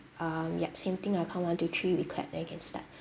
um yup same thing I'll count one two three we clap then you can start